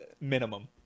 minimum